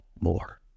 more